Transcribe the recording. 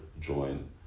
join